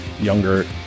younger